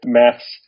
maths